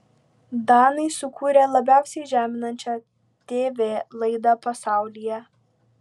danai sukūrė labiausiai žeminančią tv laidą pasaulyje